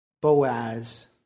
Boaz